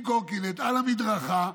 עם קורקינט על המדרכה,